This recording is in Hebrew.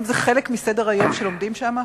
האם זה חלק מסדר-היום שלומדים שם?